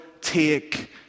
take